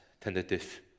tentative